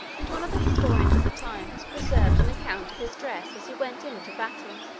and one of the historians of the time has preserved an account of his dress as he went into battle.